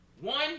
one